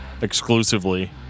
exclusively